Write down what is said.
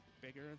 bigger